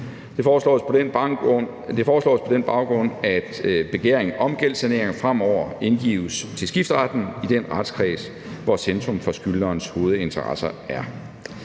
Det foreslås på den baggrund, at begæring om gældssanering fremover indgives til skifteretten i den retskreds, hvor centrum for skyldnerens hovedinteresser er.